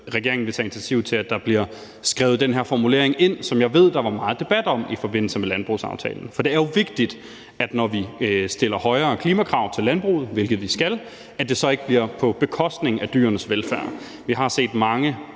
regeringen vil tage initiativ til, at den her formulering bliver skrevet ind, som jeg ved der var meget debat om i forbindelse med landbrugsaftalen. For det er jo vigtigt, når vi stiller højere klimakrav til landbruget, hvilket vi skal, at det så ikke bliver på bekostning af dyrenes velfærd. Vi har set mange